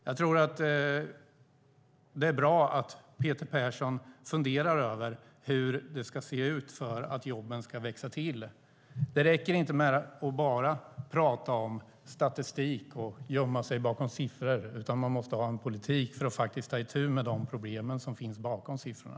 Jag tror att det är bra om Peter Persson funderar över hur det ska se ut för att jobben ska växa till. Det räcker inte med att bara tala om statistik och gömma sig bakom siffror, utan man måste ha en politik för att faktiskt ta itu med de problem som finns bakom siffrorna.